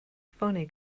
funny